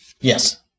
Yes